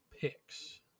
picks